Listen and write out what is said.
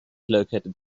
located